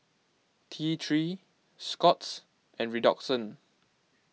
T three Scott's and Redoxon